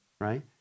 Right